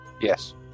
Yes